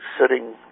sitting